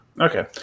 Okay